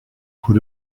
put